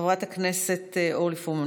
חברת הכנסת אורלי פרומן,